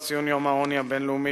לציון יום העוני הבין-לאומי,